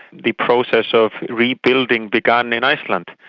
the process of rebuilding began in iceland.